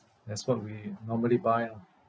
that's what we normally buy ah